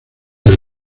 del